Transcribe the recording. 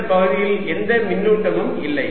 இந்த பகுதியில் எந்த மின்னூட்டமும் இல்லை